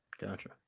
Gotcha